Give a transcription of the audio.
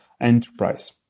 enterprise